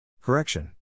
Correction